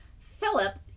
Philip